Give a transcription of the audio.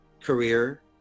career